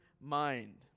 mind